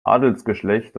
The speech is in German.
adelsgeschlecht